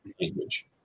language